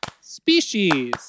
Species